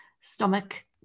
stomach